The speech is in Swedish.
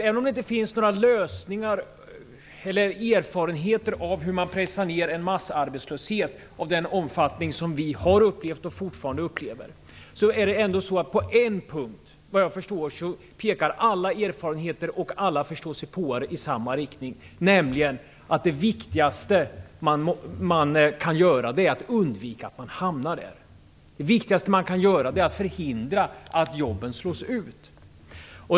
Även om det inte finns några lösningar för hur man pressar ner en arbetslöshet av den omfattning som vi har upplevt och fortfarande upplever, pekar alla erfarenheter och alla förståsigpåare i samma riktning, nämligen att det viktigaste man kan göra är att undvika att hamna där. Det viktigaste man kan göra är att förhindra att jobben slås ut.